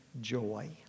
joy